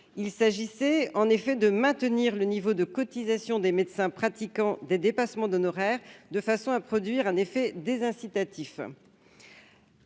Il s'agissait en effet de maintenir le niveau de cotisation des médecins pratiquant des dépassements d'honoraires, de façon à produire un effet désincitatif.